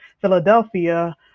Philadelphia